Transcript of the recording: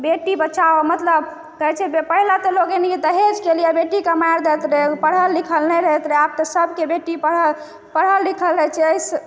बेटी बचाओ मतलब की कहै छै मतलब पहिने तऽ लोक बेटीकेँ मारि दैत रहै ओ पढ़ल लिखल नहि रहैत रहै सबके बेटी पढ़ल लिखल रहै छै